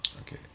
okay